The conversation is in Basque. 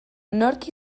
nork